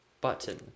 button